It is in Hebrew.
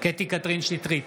קטי קטרין שטרית,